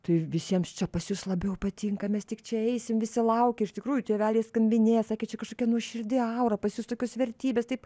tai visiems čia pas jus labiau patinka mes tik čia eisim visi laukia iš tikrųjų tėveliai skambinėja sakė čia kažkokia nuoširdi aura pas jus tokios vertybės taip